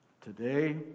Today